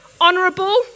honourable